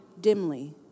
dimly